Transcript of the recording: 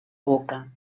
boca